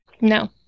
No